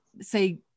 say